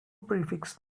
prefix